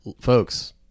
folks